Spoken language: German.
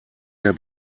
der